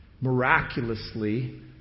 miraculously